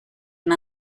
and